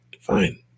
fine